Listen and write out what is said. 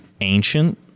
ancient